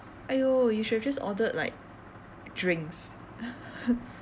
!aiyo! you should have just ordered like drinks